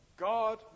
God